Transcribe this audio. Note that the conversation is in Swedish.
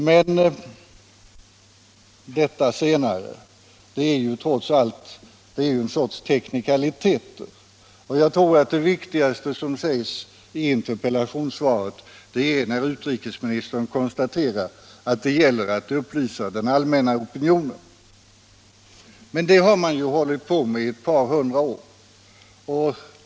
Men detta senare är trots allt en sorts teknikaliteter. Jag tror att det viktigaste som sägs i interpellationssvaret är utrikesministerns konstaterande att det gäller att upplysa den allmänna opinionen. Men det har man ju hållit på med i ett par hundra år.